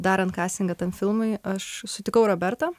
darant kastingą tam filmui aš sutikau robertą